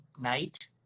night